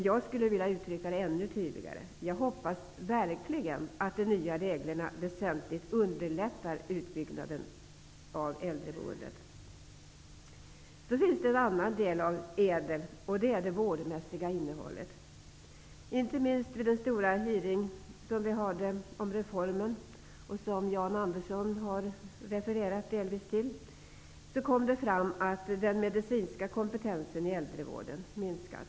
Jag skulle vilja uttrycka det ännu tydligare: jag hoppas verkligen att de nya reglerna väsentligt underlättar utbyggnaden av äldreboendet. Det finns en annan del av ÄDEL-reformen, och det är det vårdmässiga innehållet. Inte minst vid den stora hearing som vi hade om reformen, och som Jan Andersson delvis har refererat till, kom det fram att den medicinska kompetensen i äldrevården har minskat.